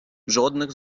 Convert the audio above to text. жодних